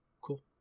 Cool